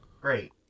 Great